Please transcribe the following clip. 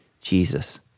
Jesus